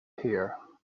here